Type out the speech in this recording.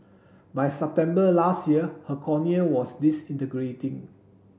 by September last year her cornea was disintegrating